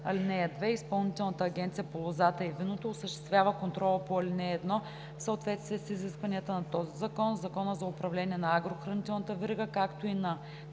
„(2) Изпълнителната агенция по лозата и виното осъществява контрола по ал. 1 в съответствие с изискванията на този закон, Закона за управление на агрохранителната верига, както и на: